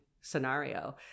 scenario